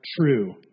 true